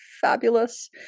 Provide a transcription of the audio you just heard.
fabulous